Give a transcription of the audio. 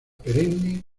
perenne